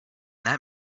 that